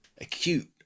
acute